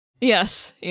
Yes